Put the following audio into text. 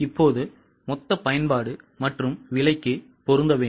இப்போது மொத்த பயன்பாடு மற்றும் விலைக்கு பொருந்த வேண்டும்